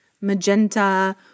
magenta